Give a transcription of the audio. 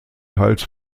teils